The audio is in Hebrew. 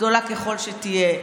גדולה ככל שתהיה,